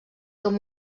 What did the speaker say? com